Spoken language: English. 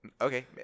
Okay